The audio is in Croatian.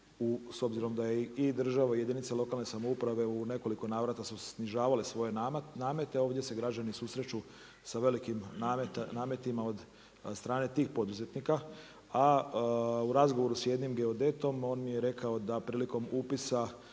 s obzirom da je i država i jedinice lokalne samouprave u nekoliko navrata su snižavale svoje namete ovdje se građani susreću sa velikim nametima od strane tih poduzetnika, a u razgovoru sa jednim geodetom on mi je rekao da prilikom upisa